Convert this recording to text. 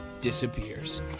disappears